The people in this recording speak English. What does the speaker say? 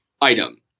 item